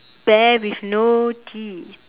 bear with no teeth